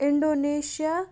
Indonesia